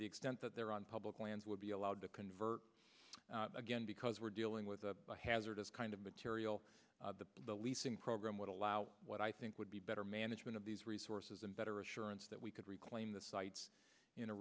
the extent that they're on public lands would be allowed to convert again because we're dealing with a hazardous kind of material the leasing program would allow what i think would be better management of these resources and better assurance that we could reclaim the sites in a